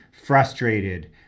frustrated